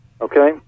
Okay